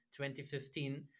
2015